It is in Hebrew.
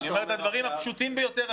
אני אומר את הדברים הפשוטים ביותר,